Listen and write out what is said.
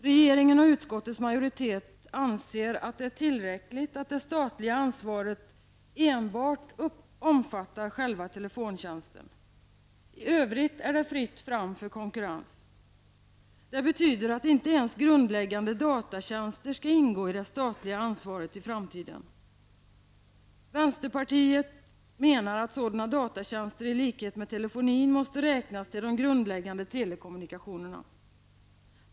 Regeringen och utskottets majoritet anser att det är tillräckligt att det statliga ansvaret enbart omfattar själva telefontjänsten. I övrigt är det fritt fram för konkurrens. Det betyder att inte ens grundläggande datatjänster skall ingå i det statliga ansvaret i framtiden. Vänsterpartiet menar att sådana datatjänster i likhet med telefonin måste räknas till de grundläggande telekommunikationerna.